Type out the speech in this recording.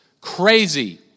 crazy